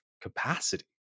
capacity